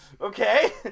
okay